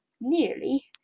nearly